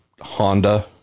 Honda